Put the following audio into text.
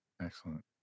Excellent